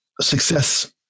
success